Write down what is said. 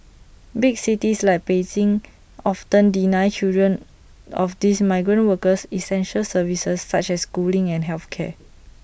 big cities like Beijing often deny children of these migrant workers essential services such as schooling and health care